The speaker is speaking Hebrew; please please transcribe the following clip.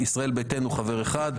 ישראל ביתנו חבר אחד,